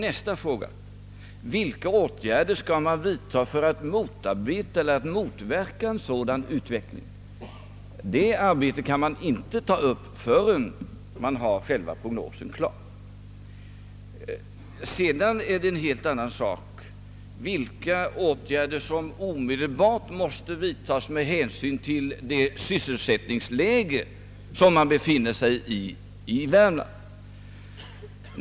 Nästa fråga är vilka åtgärder man skall vidta för att motverka en sådan utveckling. Det kan man inte börja arbeta med förrän man har själva prognosen klar. En helt annan sak är vilka åtgärder som omedelbart måste vidtas med hänsyn till det nuvarande sysselsättningsläget i Värmland.